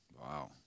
wow